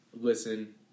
Listen